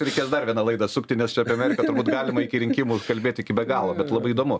reikės dar vieną laidą sukti nes čia apie ameriką turbūt galima iki rinkimų kalbėti iki be galo bet labai įdomu